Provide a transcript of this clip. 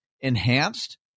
enhanced